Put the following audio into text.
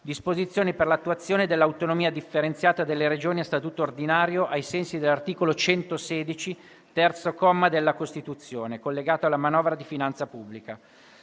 «Disposizioni per l'attuazione dell'autonomia differenziata delle Regioni a statuto ordinario ai sensi dell'articolo 116, terzo comma, della Costituzione», collegato alla manovra di finanza pubblica.